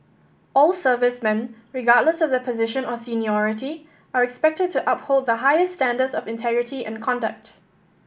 all servicemen regardless of their position or seniority are expected to uphold the highest standards of integrity and conduct